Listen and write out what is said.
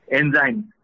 enzymes